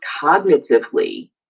cognitively